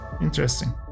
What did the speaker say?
interesting